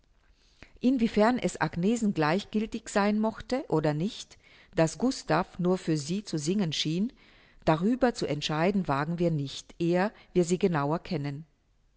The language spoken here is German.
wiefern es agnesen gleichgiltig sein mochte oder nicht daß gustav nur für sie zu singen schien darüber zu entscheiden wagen wir nicht eher wir sie genauer kennen